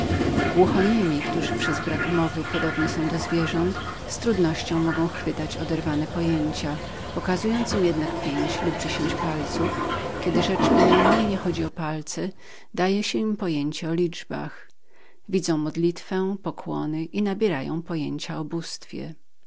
siłę odrywania głuchoniemi którzy przez brak głosu podobni są do zwierząt z trudnością mogą chwytać oderwane pojęcia pokazując im jednak pięć lub dziesięć palców kiedy rzecz bynajmniej nie chodzi o palce daje się im pojęcie o liczbach widzą modlitwę pokłony i nabierają pojęcia o bóstwie